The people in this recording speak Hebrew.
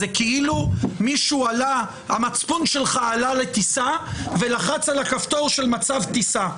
זה כאילו המצפון שלך עלה לטיסה ולחץ על הכפתור של מצב טיסה.